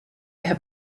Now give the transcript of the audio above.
have